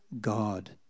God